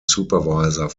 supervisor